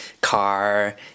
car